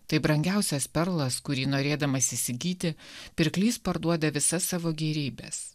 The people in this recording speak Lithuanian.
tai brangiausias perlas kurį norėdamas įsigyti pirklys parduoda visas savo gėrybes